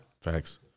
Facts